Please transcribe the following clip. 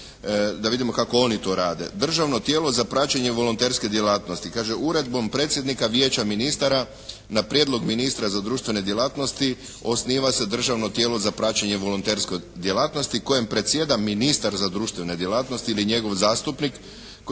da vidimo kako oni to rade. Državno tijelo za praćenje volonterske djelatnosti. Kaže: Uredbom predsjednika Vijeća ministara na prijedlog ministra za društvene djelatnosti osniva se Državno tijelo za praćenje volonterske djelatnosti kojem predsjeda ministar za društvene djelatnosti ili njegov zastupnik a koje se sastoji od 10 predstavnika organizacije i